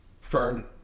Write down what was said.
Fern